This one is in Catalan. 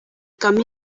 canvi